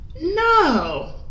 No